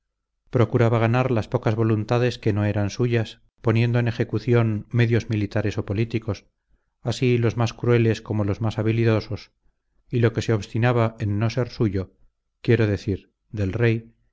procuraba ganar las pocas voluntades que no eran suyas poniendo en ejecución medios militares o políticos así los más crueles como los más habilidosos y lo que se obstinaba en no ser suyo quiero decir del rey